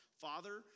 Father